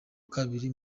kabiri